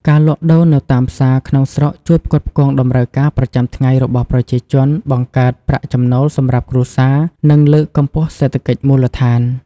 ការលក់ដូរនៅតាមផ្សារក្នុងស្រុកជួយផ្គត់ផ្គង់តម្រូវការប្រចាំថ្ងៃរបស់ប្រជាជន បង្កើតប្រាក់ចំណូលសម្រាប់គ្រួសារ និង លើកកម្ពស់សេដ្ឋកិច្ចមូលដ្ឋាន។